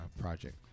project